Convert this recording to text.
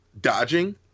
Dodging